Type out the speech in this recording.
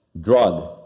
drug